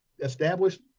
established